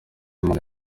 imana